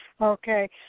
Okay